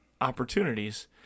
opportunities